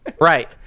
Right